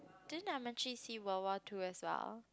didn't see world war two as well